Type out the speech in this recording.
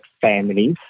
families